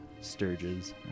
sturges